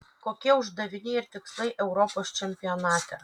kokie uždaviniai ir tikslai europos čempionate